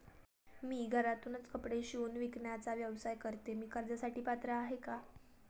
मी घरातूनच कपडे शिवून विकण्याचा व्यवसाय करते, मी कर्जासाठी पात्र आहे का?